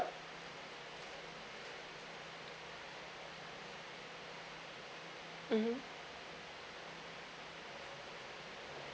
mmhmm